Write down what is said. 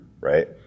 Right